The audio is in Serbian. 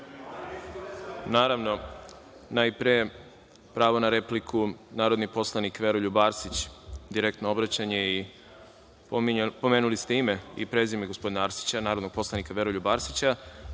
Raduloviću. Najpre pravo na repliku narodni poslanik Veroljub Arsić, direktno obraćanje i pomenuli ste ime i prezime gospodina Arsića, narodnog poslanika Veroljuba Arsića.